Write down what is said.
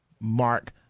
Mark